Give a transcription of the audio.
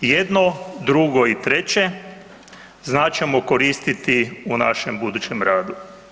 Jedno, drugo i treće znat ćemo koristiti u našem budućem radu.